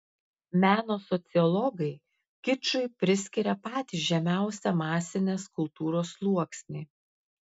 meno sociologai kičui priskiria patį žemiausią masinės kultūros sluoksnį